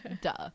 duh